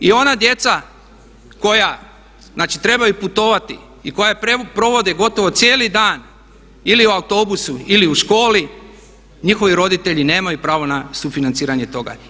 I ona djeca koja, znači trebaju putovati i koja provode gotovo cijeli dan ili u autobusu ili u školi njihovi roditelji nemaju pravo na sufinanciranje toga.